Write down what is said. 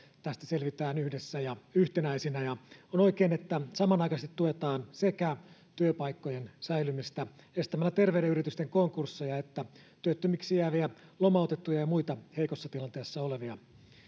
tästä selvitään yhdessä ja yhtenäisinä on oikein että samanaikaisesti tuetaan sekä työpaikkojen säilymistä estämällä terveiden yritysten konkursseja että työttömiksi jääviä lomautettuja ja muita heikossa tilanteessa olevia